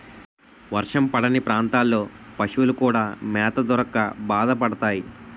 వర్షం పడని ప్రాంతాల్లో పశువులు కూడా మేత దొరక్క బాధపడతాయి